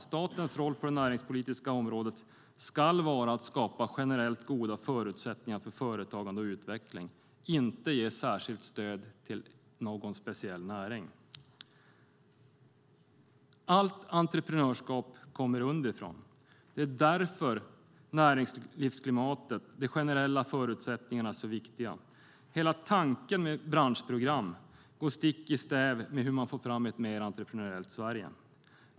Statens roll på det näringspolitiska området ska vara att skapa generellt goda förutsättningar för företagande och utveckling, inte att ge särskilt stöd till någon speciell näring. Allt entreprenörskap kommer underifrån. Det är därför som näringslivsklimatet och de generella förutsättningarna är så viktiga. Hela tanken med ett branschprogram går stick i stäv med hur man får fram ett mer entreprenöriellt Sverige.